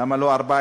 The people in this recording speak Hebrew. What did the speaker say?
למה לא 14?